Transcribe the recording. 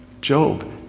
Job